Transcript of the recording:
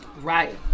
Right